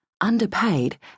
underpaid